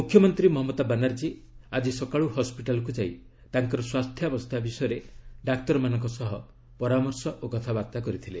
ମୁଖ୍ୟମନ୍ତ୍ରୀ ମମତା ବାନାର୍ଜୀ ଆଜି ସକାଳୁ ହସ୍କିଟାଲକୁ ଯାଇ ତାଙ୍କର ସ୍ୱାସ୍ଥ୍ୟାବସ୍ଥା ବିଷୟରେ ଡାକ୍ତରମାନଙ୍କ ସହ କଥାବାର୍ତ୍ତା କରିଥିଲେ